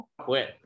quit